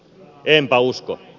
enpä usko